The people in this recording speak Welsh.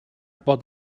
bod